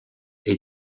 est